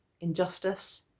injustice